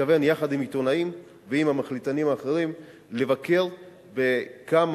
מתכוון יחד עם עיתונאים ועם המחליטנים האחרים לבקר בכמה